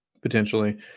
potentially